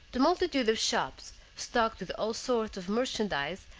the multitude of shops, stocked with all sorts of merchandise,